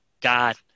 God